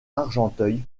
argenteuil